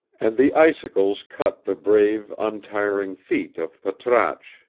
and the icicles cut the brave, untiring feet of patrasche.